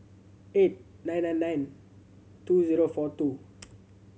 eight nine nine nine two zero four two